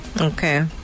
Okay